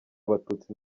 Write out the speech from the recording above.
abatutsi